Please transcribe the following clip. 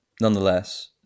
nonetheless